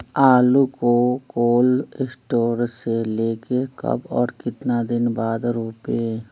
आलु को cold store से ले के कब और कितना दिन बाद रोपे?